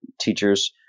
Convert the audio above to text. teachers